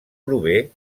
prové